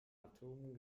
atomen